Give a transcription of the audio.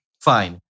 Fine